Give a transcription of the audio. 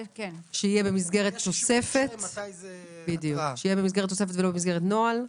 שיהיה במסגרת תוספת ולא במסגרת נוהל,